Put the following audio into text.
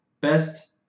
Best